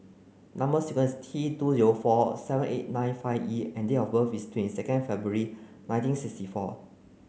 number sequence T two zero four seven eight nine five E and date of birth is twenty second February nineteen sixty four